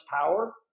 power